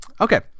Okay